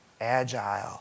agile